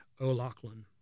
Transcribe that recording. O'Loughlin